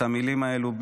את המילים האלה,